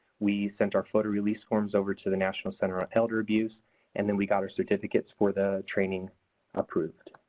we sent our photo release forms over to the national center on elder abuse and then we got our certificates for the training approved.